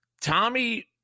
Tommy